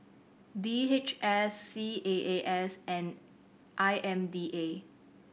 D H S C A A S and I M D A